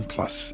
Plus